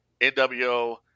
NWO